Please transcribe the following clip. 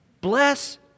Bless